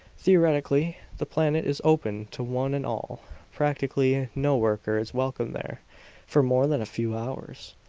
theoretically, the planet is open to one and all practically no worker is welcome there for more than a few hours,